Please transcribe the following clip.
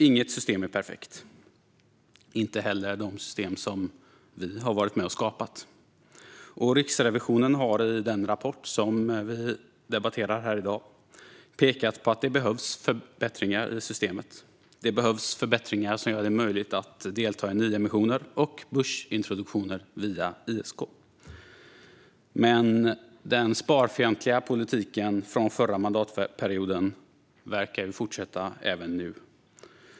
Inget system är perfekt, inte heller de system som vi har varit med och skapat. Riksrevisionen har i den rapport som vi debatterar här i dag pekat på att det behövs förbättringar i systemet. Det behövs förbättringar som gör det möjligt att delta i nyemissioner och börsintroduktioner via ISK. Men den sparfientliga politiken från förra mandatperioden verkar fortsätta även nu.